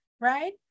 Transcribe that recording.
right